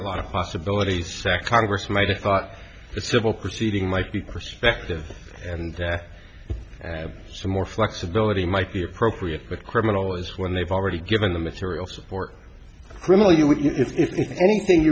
a lot of possibilities sack congress might have thought a civil proceeding might be perspective and some more flexibility might be appropriate but criminal is when they've already given the material support criminal you with if anything